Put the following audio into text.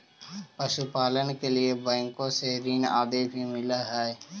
पशुपालन के लिए बैंकों से ऋण आदि भी मिलअ हई